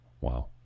Wow